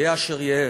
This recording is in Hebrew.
יהא אשר יהא.